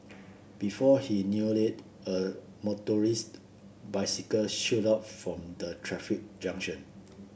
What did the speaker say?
before he knew it a motorised bicycle shot out from the traffic junction